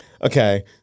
Okay